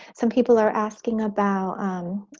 some people are asking about um,